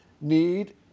need